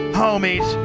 homies